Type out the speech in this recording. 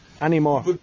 Anymore